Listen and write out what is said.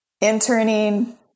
interning